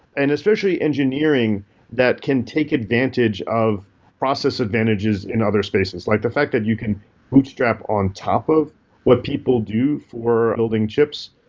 and especially engineering that can take advantage of process advantages in other spaces. like the fact that you can boot strap on top of what people do for building chips,